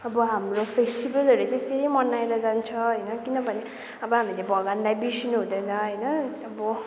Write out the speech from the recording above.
अब हाम्रो फेस्टिबलहरू चाहिँ यसरी मनाएर जान्छ होइन किनभने अब हामीले भगवानलाई बिर्सिनु हुँदैन होइन अब